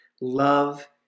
Love